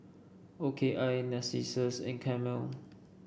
O K I Narcissus and Camel